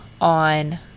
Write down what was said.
on